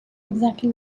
exactly